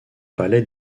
palais